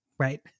Right